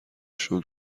شکر